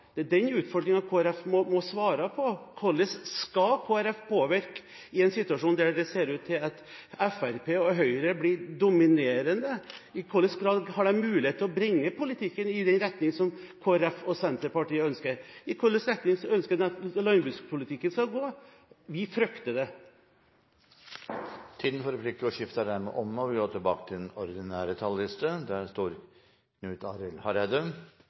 svare på: Hvordan skal Kristelig Folkeparti påvirke i en situasjon der det ser ut til at Fremskrittspartiet og Høyre blir dominerende? I hvilken grad har de mulighet til å bringe politikken i den retningen som Kristelig Folkeparti og Senterpartiet ønsker? I hvilken retning ønsker en at landbrukspolitikken skal gå? Vi frykter dette. Replikkordskiftet er omme. Representanten Brekk verka bekymra i svaret sitt i sin avsluttende replikk. Det er